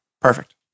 Perfect